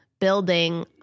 building